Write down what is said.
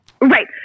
Right